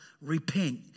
Repent